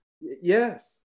yes